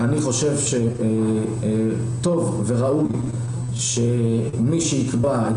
אני חושב שטוב וראוי שמי שיקבע את